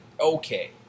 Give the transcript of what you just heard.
okay